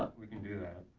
we could do that.